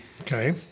Okay